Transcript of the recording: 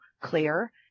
CLEAR